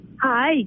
Hi